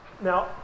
Now